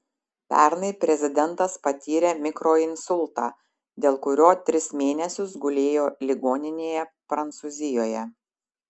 pernai prezidentas patyrė mikroinsultą dėl kurio tris mėnesius gulėjo ligoninėje prancūzijoje